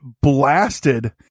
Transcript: blasted